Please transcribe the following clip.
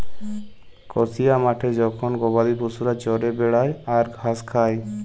কসিয়া মাঠে জখল গবাদি পশুরা চরে বেড়ায় আর ঘাস খায়